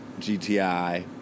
GTI